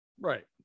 Right